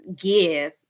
give